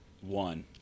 One